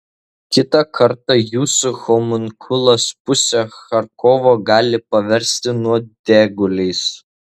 kitą kartą jūsų homunkulas pusę charkovo gali paversti nuodėguliais